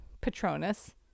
Patronus